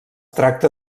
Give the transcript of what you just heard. tracta